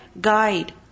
guide